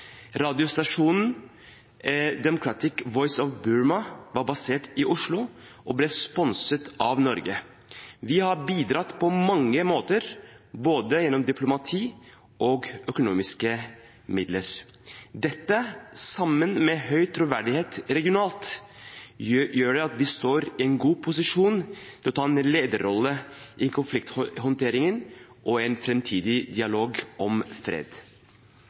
Radiostasjonen Democratic Voice of Burma var basert i Oslo og ble sponset av Norge. Vi har bidratt på mange måter, gjennom både diplomati og økonomiske midler. Dette, sammen med høy troverdighet regionalt, gjør at vi står i en god posisjon til å ta en lederrolle i konflikthåndteringen og i en framtidig dialog om fred.